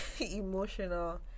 emotional